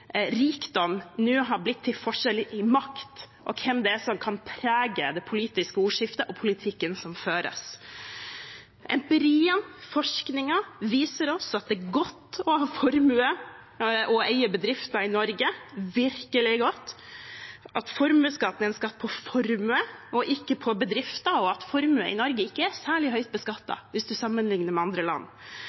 rikdom nå er blitt til forskjeller i makt, og hvem det er som kan prege det politiske ordskiftet og politikken som føres. Empirien, forskningen, viser oss at det er godt å ha formue og eie bedrifter i Norge, virkelig godt, at formuesskatten er en skatt på formue og ikke på bedrifter, at formue i Norge ikke er særlig høyt beskattet hvis en sammenligner med andre land,